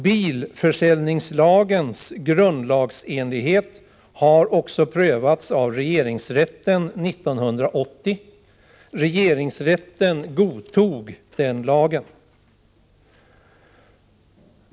Bilförsäljningslagens grundlagsenlighet har också prövats av regeringsrätten 1980. Regeringsrätten godtog lagen.